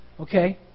Okay